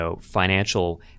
financial